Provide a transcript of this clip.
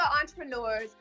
entrepreneurs